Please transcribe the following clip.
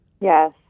Yes